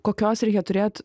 kokios reikia turėt